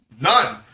None